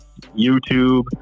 YouTube